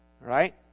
Right